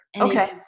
Okay